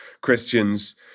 Christians